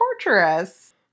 torturous